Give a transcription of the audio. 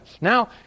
Now